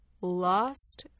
lost